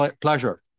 pleasure